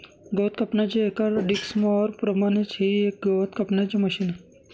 गवत कापण्याच्या एका डिक्स मॉवर प्रमाणेच हे ही एक गवत कापण्याचे मशिन आहे